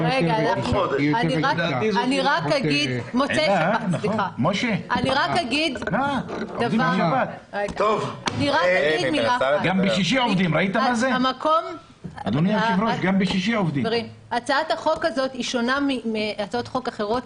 אני רק אגיד שהצעת החוק הזאת שונה מהצעות חוק אחרות,